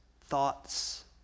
thoughts